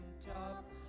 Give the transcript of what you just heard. top